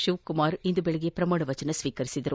ಶಿವಕುಮಾರ್ ಇಂದು ಬೆಳಗ್ಗೆ ಪ್ರಮಾಣವಚನ ಸ್ವೀಕರಿಸಿದರು